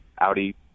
Audi